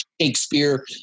Shakespeare